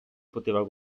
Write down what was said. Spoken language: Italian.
poteva